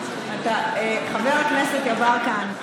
חבר הכנסת יברקן,